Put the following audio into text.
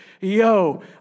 yo